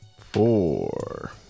Four